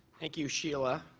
thank you, sheila,